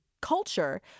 culture